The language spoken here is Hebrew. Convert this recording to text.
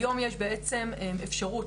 היום יש בעצם אפשרות,